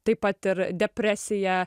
taip pat ir depresiją